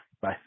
Bye